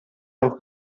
auch